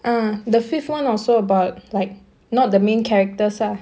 uh the fifth one also about like not the main characters uh